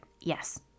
Yes